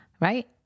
right